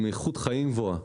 עם איכות חיים גבוהה,